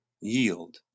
Yield